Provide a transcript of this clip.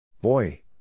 Boy